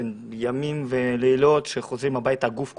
של ימים ולילות שכשחוזרים הביתה הגוף כואב.